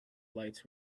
lights